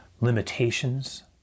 limitations